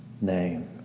name